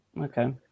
Okay